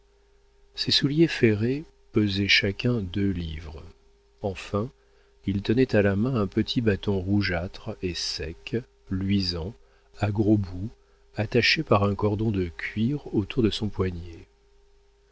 ses souliers ferrés pesaient chacun deux livres enfin il tenait à la main un petit bâton rougeâtre et sec luisant à gros bout attaché par un cordon de cuir autour de son poignet